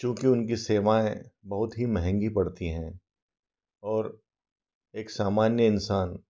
चूँकि उनकी सेवाएँ बहुत महँगी पड़ती हैं और एक सामान्य इन्सान